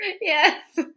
Yes